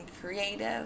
creative